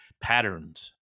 patterns